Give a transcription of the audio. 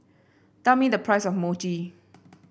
tell me the price of Mochi